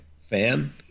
fan